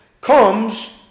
comes